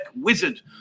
wizard